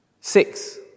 six